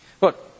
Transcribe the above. Look